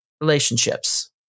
relationships